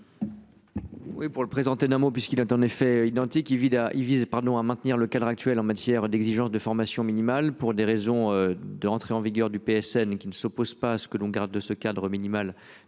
Oui pour le présenter. Un mot, puisqu'il est en effet identique il il vise pardon à maintenir le cadre actuel en matière d'exigence de formation minimale pour des raisons de rentrer en vigueur du PSN qui ne s'oppose pas à ce que l'on garde de ce cadre minimal.